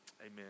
Amen